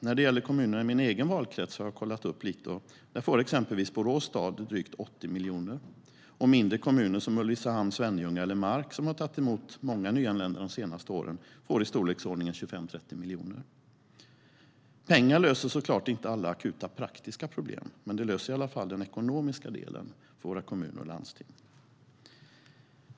När det gäller kommunerna i min egen valkrets får exempelvis Borås stad drygt 80 miljoner, och mindre kommuner som Ulricehamn, Svenljunga eller Mark som har tagit emot många nyanlända de senaste åren får i storleksordningen 25-30 miljoner. Pengar löser såklart inte alla akuta praktiska problem, men de löser i alla fall den ekonomiska delen för våra kommuner och landsting.